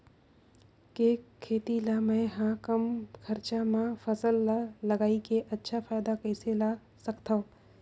के खेती ला मै ह कम खरचा मा फसल ला लगई के अच्छा फायदा कइसे ला सकथव?